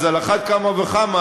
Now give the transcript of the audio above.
אז על אחת כמה וכמה,